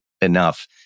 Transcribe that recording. enough